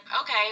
okay